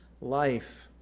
life